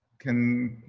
can.